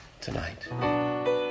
tonight